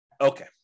Okay